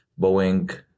Boeing